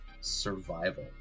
survival